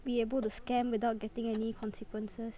be able to scam without getting any consequences